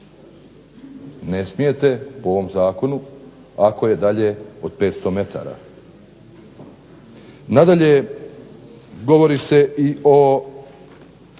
Ne smijete po ovom zakonu ako je dalje od 500 metara. Nadalje, govori se i o